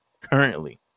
currently